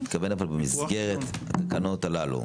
אבל במסגרת התקנות הללו,